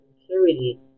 security